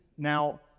Now